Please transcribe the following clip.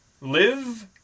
live